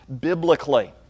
biblically